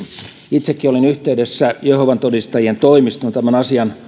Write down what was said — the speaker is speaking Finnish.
itsekin olin yhteydessä jehovan todistajien toimistoon tämän asian